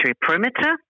perimeter